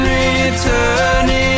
returning